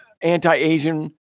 anti-Asian